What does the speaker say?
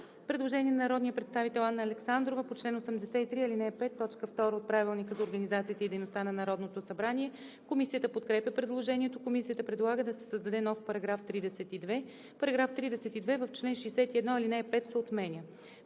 Предложение на народния представител Анна Александрова по чл. 83, ал. 5, т. 2 от Правилника за организацията и дейността на Народното събрание. Комисията подкрепя предложението. Комисията предлага да се създаде нов § 32: „§ 32. В чл. 61 ал. 5 се отменя.“